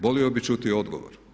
Volio bih čuti odgovor.